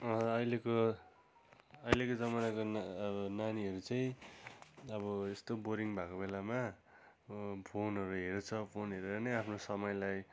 अहिलेको अहिलेको जमानाको ना अब नानीहरू चाहिँ अब यस्तो बोरिङ भएको बेलामा फोनहरू हेर्छ फोन हेरेर नै आफ्नो समयलाई